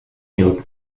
nude